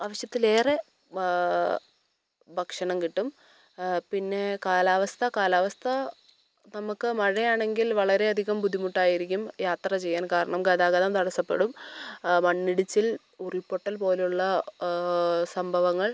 ആവശ്യത്തിലേറെ ഭക്ഷണം കിട്ടും പിന്നെ കാലാവസ്ഥ കാലാവസ്ഥ നമ്മൾക്ക് മഴയാണെങ്കിൽ വളരെ അധികം ബുദ്ധിമുട്ടായിരിക്കും യാത്ര ചെയ്യാൻ കാരണം ഗതാഗതം തടസപ്പെടും മണ്ണിടിച്ചിൽ ഉരുൾ പൊട്ടൽ പോലുള്ള സംഭവങ്ങൾ